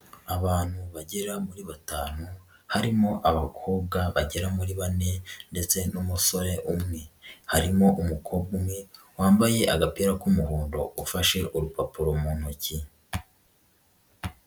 Abantu bagera kuri batanu harimo abakobwa bagera muri bane ndetse n'umusore umwe, harimo umukobwa umwe wambaye agapira k'umuhondo ufashe urupapuro mu ntoki.